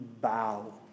bow